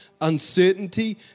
uncertainty